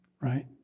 right